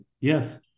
yes